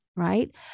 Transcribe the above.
Right